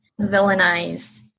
villainized